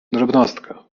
drobnostka